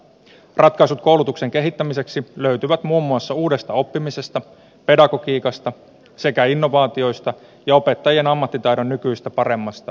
ratkaisu koulutuksen kehittämiseksi löytyvät muun muassa uudesta oppimisesta pedagogiikasta sekä innovaatioista jo opettajien ammattitaidon nykyistä paremmasta